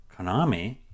Konami